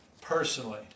personally